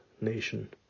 nation